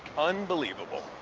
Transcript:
unbelievable.